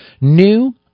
new